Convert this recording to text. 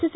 S